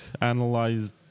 analyzed